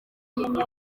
ubwigenge